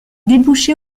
débouchés